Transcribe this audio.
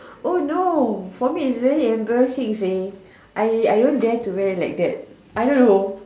oh no for me it's very embarrassing seh I I don't dare to wear like that I don't know